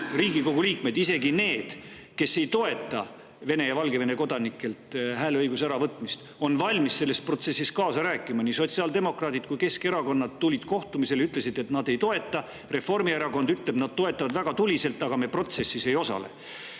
Riigikogu liikmed, isegi need, kes ei toeta Vene ja Valgevene kodanikelt hääleõiguse äravõtmist, on valmis selles protsessis kaasa rääkima. Nii sotsiaaldemokraadid kui ka Keskerakond tulid kohtumisele ja ütlesid, et nad [seda ideed] ei toeta. Reformierakond ütleb, et nad toetavad väga tuliselt, aga protsessis ei osale.